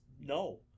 no